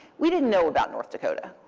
we didn't know about north dakota.